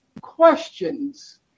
questions